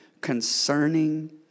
concerning